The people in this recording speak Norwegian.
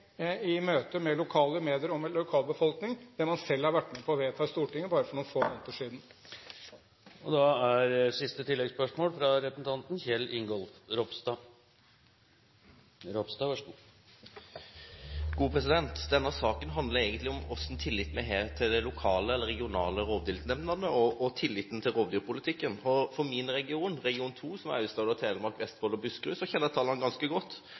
det man selv har vært med på å vedta i Stortinget for bare noen få måneder siden. Kjell Ingolf Ropstad — til oppfølgingsspørsmål. Denne saken handler egentlig om tilliten vi har til de lokale, eller regionale, rovviltnemndene og tilliten til rovdyrpolitikken. For min region, region 2, som er Aust-Agder, Telemark, Vestfold og Buskerud, kjenner jeg tallene ganske godt.